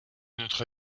notre